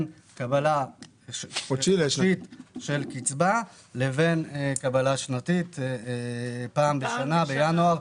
כלומר ההבדל בין קבלה חודשית של קצבה לבין קצבה שנתית פעם בשנה בינואר,